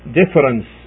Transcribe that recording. difference